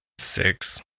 Six